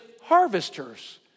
harvesters